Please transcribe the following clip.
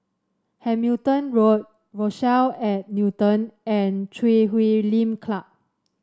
Hamilton Road Rochelle at Newton and Chui Huay Lim Club